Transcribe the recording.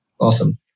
Awesome